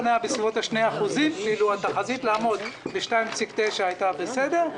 היה בסביבות 2% ואילו התחזית לעמוד ב-2.9% הייתה בסדר,